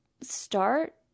start